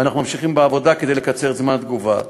ואנחנו ממשיכים בעבודה כדי לקצר את זמן התגובה.